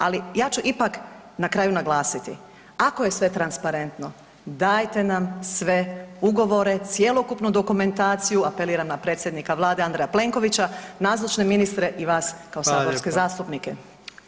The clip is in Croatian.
Ali ja ću ipak na kraju naglasiti, ako je sve transparentno dajte nam sve ugovore, cjelokupnu dokumentaciju, apeliram na predsjednika Vlade Andreja Plenkovića, nazočne ministre i vas kao saborske zastupnike.